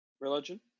Religion